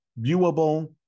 viewable